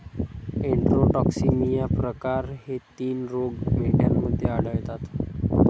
enterotoxaemia प्रकार हे तीन रोग मेंढ्यांमध्ये आढळतात